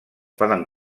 poden